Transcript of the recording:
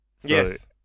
yes